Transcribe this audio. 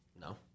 No